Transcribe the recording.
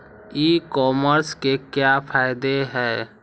ई commerce के क्या फायदे हैं?